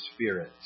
spirit